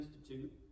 Institute